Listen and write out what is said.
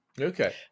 Okay